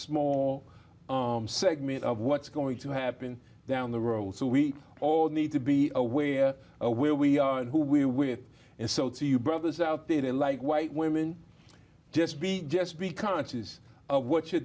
small segment of what's going to happen down the road so we all need to be aware of where we are who we are with and so to you brothers out there like white women just be just be conscious of